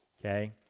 Okay